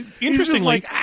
interestingly